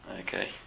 Okay